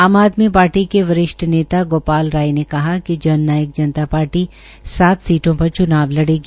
आम आदमी पार्टी के वरिष्ठ नेता गोपाल राय ने कहा कि जन नायक जनता पार्टी सात सीटों पर चुनाव लड़गी